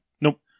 Nope